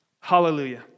Hallelujah